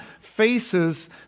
faces